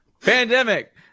Pandemic